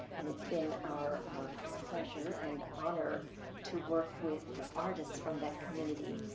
and it's been our pleasure and honor to work with artists from that community.